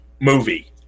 movie